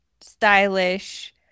stylish